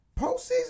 postseason